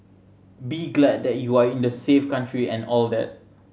be glad that you are in a safe country and all that